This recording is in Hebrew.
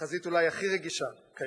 לחזית אולי הכי רגישה כיום,